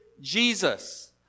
Jesus